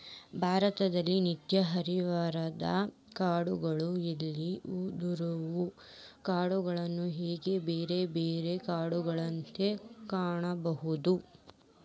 ಭಾರತದಲ್ಲಿ ನಿತ್ಯ ಹರಿದ್ವರ್ಣದ ಕಾಡುಗಳು ಎಲೆ ಉದುರುವ ಕಾಡುಗಳು ಹೇಗೆ ಬೇರೆ ಬೇರೆ ಕಾಡುಗಳನ್ನಾ ಕಾಣಬಹುದು